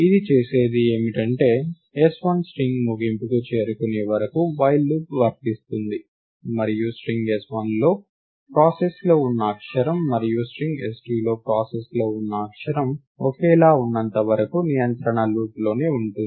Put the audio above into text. అది చేసేది ఏమిటంటే s1 స్ట్రింగ్ ముగింపుకు చేరుకునే వరకు వైల్ లూప్ వర్తిస్తుంది మరియు స్ట్రింగ్ s1లో ప్రాసెస్లో ఉన్న అక్షరం మరియు స్ట్రింగ్ s2లో ప్రాసెస్లో ఉన్న అక్షరం ఒకేలా ఉన్నంత వరకు నియంత్రణ లూప్లోనే ఉంటుంది